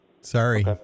Sorry